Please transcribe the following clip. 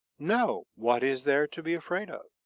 no. what is there to be afraid of?